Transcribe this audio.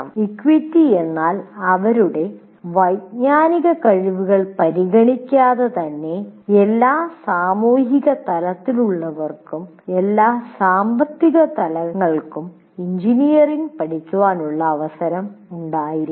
equity എന്നാൽ അവരുടെ വൈജ്ഞാനിക കഴിവുകൾ പരിഗണിക്കാതെ തന്നെ എല്ലാ സാമൂഹിക തലങ്ങളിലുള്ളവർക്കും എല്ലാ സാമ്പത്തിക തലങ്ങൾക്കും എഞ്ചിനീയറിംഗ് പഠിക്കാനുള്ള അവസരമുണ്ടായിരിക്കണം